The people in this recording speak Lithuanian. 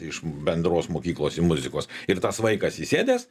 iš bendros mokyklos į muzikos ir tas vaikas įsėdęs